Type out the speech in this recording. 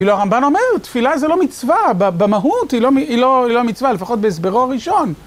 כאילו הרמבן אומר, תפילה זה לא מצווה, במהות היא לא מצווה, לפחות בהסברו הראשון.